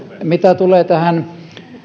mitä tulee tähän